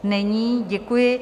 Není, děkuji.